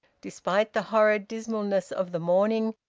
despite the horrid dismalness of the morning,